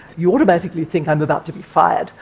you automatically think, i'm about to be fired,